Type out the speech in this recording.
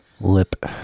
Lip